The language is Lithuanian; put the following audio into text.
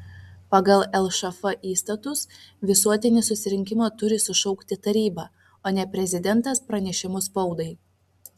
pagal lšf įstatus visuotinį susirinkimą turi sušaukti taryba o ne prezidentas pranešimu spaudai